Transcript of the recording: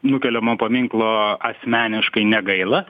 nukeliamo paminklo asmeniškai negaila